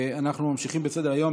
אנחנו ממשיכים בסדר-היום,